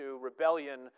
rebellion